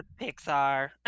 Pixar